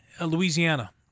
Louisiana